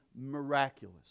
Miraculous